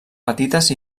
petites